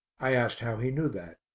i asked how he knew that.